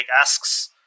asks